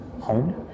home